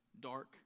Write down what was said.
dark